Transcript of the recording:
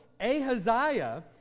Ahaziah